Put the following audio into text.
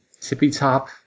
tippy-top